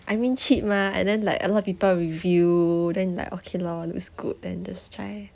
I mean cheap mah and then like a lot of people review then like okay lor looks good then just try